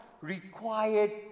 required